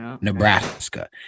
Nebraska